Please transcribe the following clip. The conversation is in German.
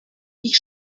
ich